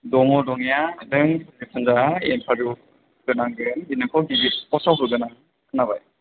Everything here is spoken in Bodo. दङ दंनाया नों जेखुनजाया इनथारबिउ होनांगोन दे नोंखौ गिदिर फसआव होगोन आं खोनाबाय